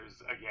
again